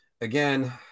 again